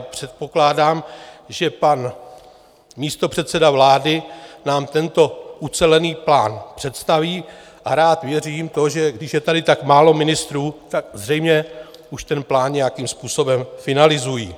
Předpokládám, že pan místopředseda vlády nám tento ucelený plán představí, a rád věřím tomu, že když je tady tak málo ministrů, tak zřejmě už ten plán nějakým způsobem finalizují.